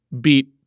beat